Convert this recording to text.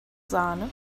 sahne